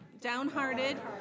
downhearted